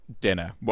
dinner